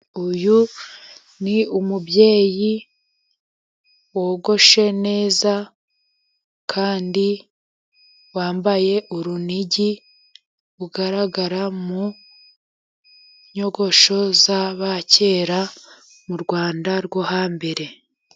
Uyu ni umubyeyi wogoshe neza, kandi wambaye urunigi, ugaragara mu nyogosho z'abakera, mu Rwanda rwo hambere.